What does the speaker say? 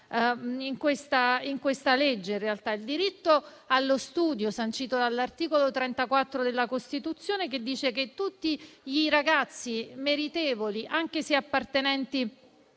in questa legge. C'è il diritto allo studio, sancito dall'articolo 34 della Costituzione, che dice che tutti i ragazzi meritevoli, anche se appartenenti